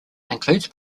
includes